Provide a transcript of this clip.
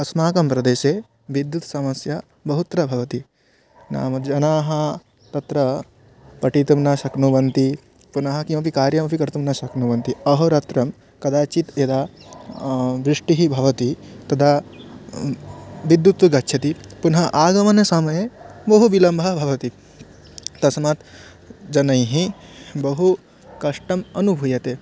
अस्माकं प्रदेशे विद्युत् समस्या बहुत्र भवति नाम जनाः तत्र पठितुं न शक्नुवन्ति पुनः किमपि कार्यमपि कर्तुं न शक्नुवन्ति अहोरात्रं कदाचित् यदा दृष्टिः भवति तदा विद्युत् गच्छति पुनः आगमन समये बहु विलम्बः भवति तस्मात् जनैः बहु कष्टम् अनुभूयते